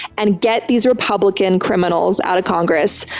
and get these republican criminals out of congress.